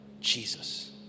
Jesus